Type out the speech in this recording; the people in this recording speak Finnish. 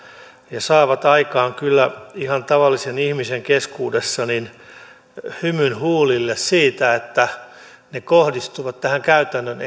ja saavat aikaan kyllä ihan tavallisen ihmisen keskuudessa hymyn huulille siitä että ne kohdistuvat selkeästi käytännön